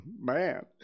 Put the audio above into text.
Man